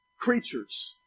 creatures